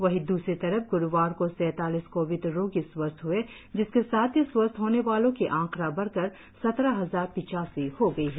वहीं द्रसरी तरफ ग्रुवार को सैतालीस कोविड रोगी स्वस्थ हए जिसके साथ ही स्वस्थ होने वालों की आकड़ा बढ़कर सत्रह हजार पिचासी हो गई है